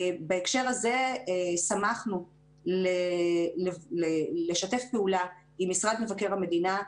בהקשר הזה, שמחנו לשתף פעולה עם משרד מבקר המדינה,